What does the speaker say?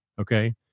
Okay